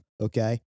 Okay